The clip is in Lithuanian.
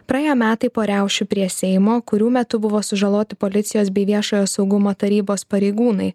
praėjo metai po riaušių prie seimo kurių metu buvo sužaloti policijos bei viešojo saugumo tarybos pareigūnai